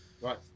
Right